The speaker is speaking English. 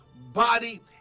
body